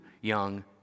young